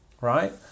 right